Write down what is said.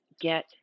get